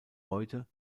heute